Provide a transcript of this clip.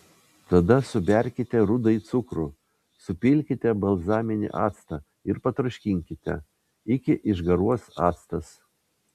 tada suberkite rudąjį cukrų supilkite balzaminį actą ir patroškinkite iki išgaruos actas